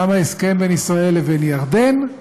גם ההסכם בין ישראל לבין ירדן,